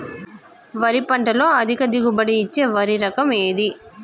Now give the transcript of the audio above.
వరి పంట లో అధిక దిగుబడి ఇచ్చే వరి రకం ఏది?